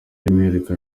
by’umwihariko